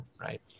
right